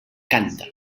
canta